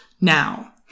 now